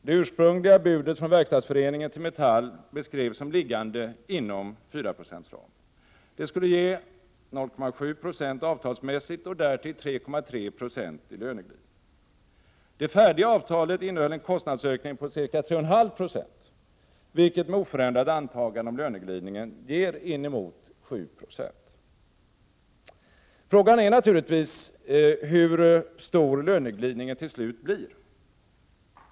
Det ursprungliga budet från Verkstadsföreningen till Metall beskrevs som liggande inom fyraprocentsramen. Det skulle ge 0,7 20 avtalsmässigt och därtill 3,3 96 i löneglidning. Det färdiga avtalet innehöll en kostnadsökning på ca 3,5 26, vilket med oförändrat antagande om löneglidningen ger inemot 7 90. Frågan är naturligtvis hur stor löneglidningen till slut blir.